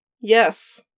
Yes